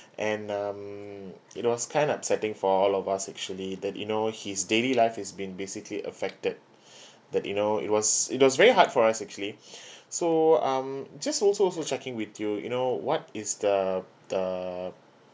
and um it was kind upsetting for all of us actually that you know his daily life is being basically affected that you know it was it was very hard for us actually so um just also also checking with you you know what is the the